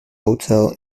hotel